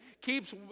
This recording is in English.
keeps